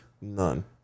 None